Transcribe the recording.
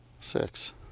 Six